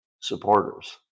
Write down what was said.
supporters